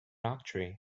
octree